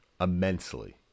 immensely